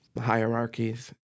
hierarchies